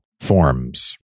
forms